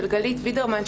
של גלית וידרמן,